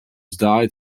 died